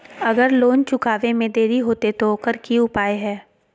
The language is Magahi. अगर लोन चुकावे में देरी होते तो ओकर की उपाय है?